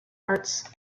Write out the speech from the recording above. parts